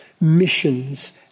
missions